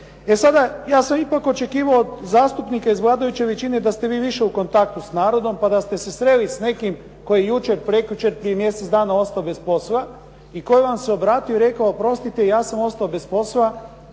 E sada, ja sam ipak očekivao od zastupnika iz vladajuće većine da ste vi više u kontaktu s narodom pa da ste se sreli koji je jučer, prekjučer, prije mjesec dana ostao bez posla i koji vam se obrati i rekao, oprostite ja sam ostao bez posla,